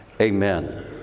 amen